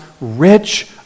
rich